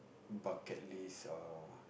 bucket list or